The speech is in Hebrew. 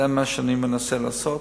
זה מה שאני מנסה לעשות.